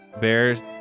Bears